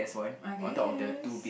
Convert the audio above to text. I guess